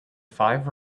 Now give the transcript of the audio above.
five